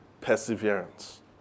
perseverance